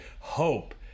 hope